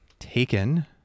Taken